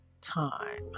time